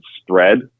spread